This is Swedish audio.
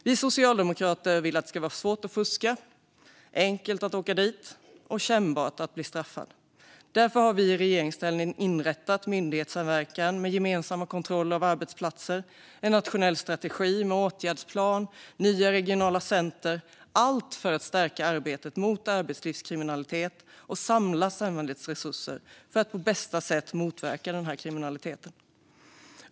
Vi socialdemokrater vill att det ska vara svårt att fuska, enkelt att åka dit och kännbart att bli straffad. Därför inrättade vi i regeringsställning myndighetssamverkan med gemensamma kontroller av arbetsplatser, en nationell strategi med åtgärdsplan och nya regionala center - allt för att förstärka arbetet mot arbetslivskriminalitet och samla samhällets resurser för att på bästa sätt motverka denna kriminalitet.